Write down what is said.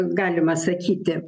galima sakyti